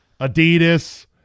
Adidas